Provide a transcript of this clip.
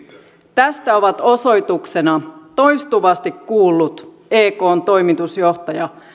tästä ovat osoituksena toistuvasti kuullut ekn toimitusjohtaja